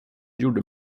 gjorde